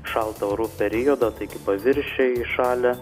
šaltą orų periodą taigi paviršiai įšalę